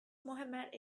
mohammed